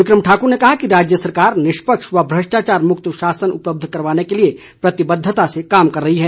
विकम ठाकुर ने कहा कि राज्य सरकार निष्पक्ष व भ्रष्टाचार मुक्त शासन उपलब्ध करवाने के लिए प्रतिबद्धता कार्य कर रही है